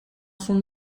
son